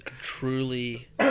truly